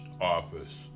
office